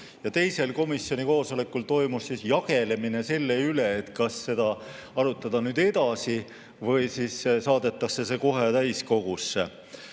ja teisel komisjoni koosolekul toimus jagelemine selle üle, kas seda arutada edasi või saadetakse see kohe täiskogusse.